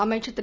அமைச்சர் திரு